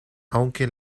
aunque